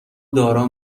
دارا